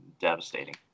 devastating